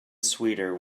sweeter